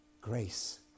Grace